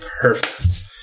perfect